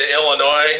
Illinois